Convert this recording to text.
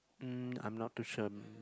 mm I'm not too sure